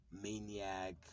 maniac